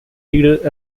leader